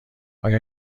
آیا